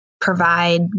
provide